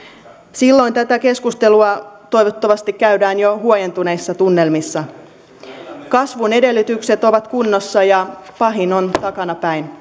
silloin tätä keskustelua toivottavasti käydään jo huojentuneissa tunnelmissa kasvun edellytykset ovat kunnossa ja pahin on takanapäin